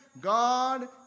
God